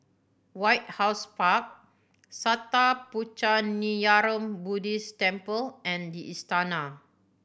White House Park Sattha Puchaniyaram Buddhist Temple and The Istana